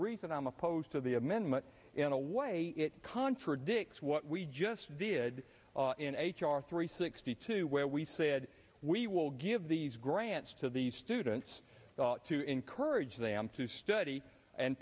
reason i'm opposed to the amendment in a way it contradicts what we just did in h r three sixty two where we said we will give these grants to these students to encourage them to study and